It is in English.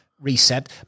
reset